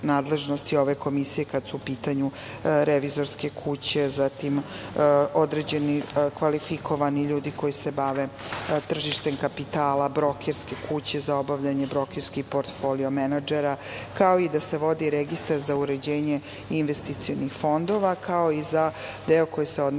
ove Komisije, kada su u pitanju revizorske kuće, zatim, određeni kvalifikovani ljudi koji se bave tržištem kapitala, brokerske kuće za obavljanje brokerskih portfolija menadžera, kao i da se vodi registar za uređenje investicionih fondova, kao i za deo koji se odnosi